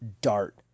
dart